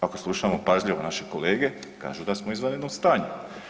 Ako slušamo pažljivo naše kolege kažu da smo u izvanrednom stanju.